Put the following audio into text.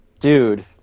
Dude